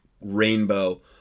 rainbow